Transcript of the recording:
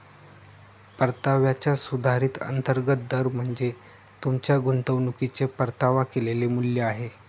परताव्याचा सुधारित अंतर्गत दर म्हणजे तुमच्या गुंतवणुकीचे परतावा केलेले मूल्य आहे